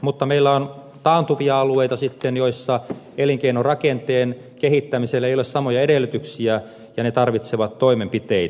mutta meillä on taantuvia alueita sitten joissa elinkeinorakenteen kehittämiselle ei ole samoja edellytyksiä ja ne tarvitsevat toimenpiteitä